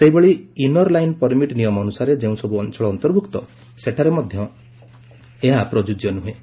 ସେହିଭଳି inner line permit ନିୟମ ଅନୁସାରେ ଯେଉଁସବୁ ଅଞ୍ଚଳ ଅନ୍ତର୍ଭୁକ୍ତ ସେଠାରେ ମଧ୍ୟ ଏହା ପ୍ରଯୁକ୍ୟ ନୁହେଁ